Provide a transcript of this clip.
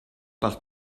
par